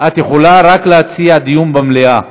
את יכולה רק להציע דיון במליאה.